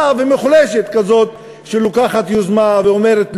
ומוחלשת כזאת שלוקחת יוזמה ואומרת,